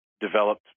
developed